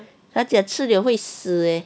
他讲吃 liao 会死 eh